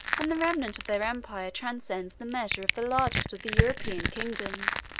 and the remnant of their empire transcends the measure of the largest of the european kingdoms.